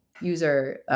user